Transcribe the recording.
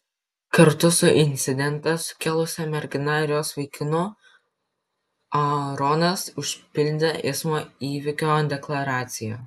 kartu su incidentą sukėlusia mergina ir jos vaikinu aaronas užpildė eismo įvykio deklaraciją